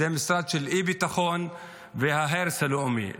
זה משרד של האי-ביטחון וההרס הלאומי.